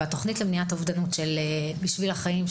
והתוכנית למניעת אובדנות של בשביל החיים,